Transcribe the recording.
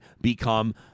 become